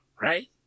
right